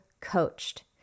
coached